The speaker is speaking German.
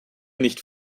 nicht